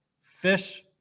fish